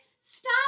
Stop